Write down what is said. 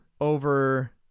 over